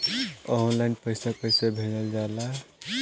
Online पैसा कैसे भेजल जाला?